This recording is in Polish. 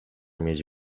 mieć